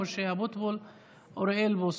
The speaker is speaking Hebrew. משה אבוטבול ואוריאל בוסו,